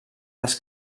les